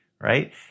right